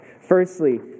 Firstly